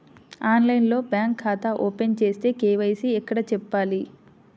ఆన్లైన్లో బ్యాంకు ఖాతా ఓపెన్ చేస్తే, కే.వై.సి ఎక్కడ చెప్పాలి?